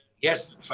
yes